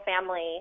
family